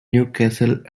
newcastle